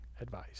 advice